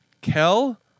Kel